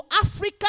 Africa